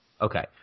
Okay